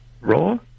raw